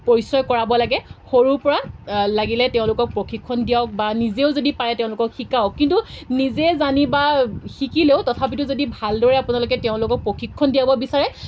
পৰিচয় কৰাব লাগে সৰুৰ পৰা লাগিলে তেওঁলোকক প্ৰশিক্ষণ দিয়াওক বা নিজেও যদি পাৰে তেওঁলোকক শিকাওক কিন্তু নিজে জানি বা শিকিলেও তথাপিতো যদি ভালদৰে আপোনালোকে তেওঁলোকক প্ৰশিক্ষণ দিয়াব বিচাৰে